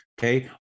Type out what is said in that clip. Okay